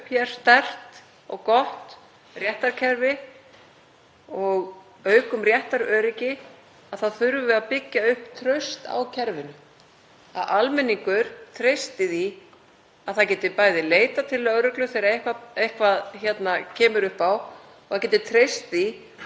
að almenningur treysti því að geta leitað til lögreglu þegar eitthvað kemur upp á og geti treyst því að lögreglan hafi möguleika á að rannsaka mál og ljúka rannsókn mála. Því miður er það ekki raunin í dag.